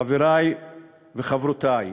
חברי וחברותי,